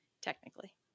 technically